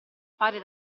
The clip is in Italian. fare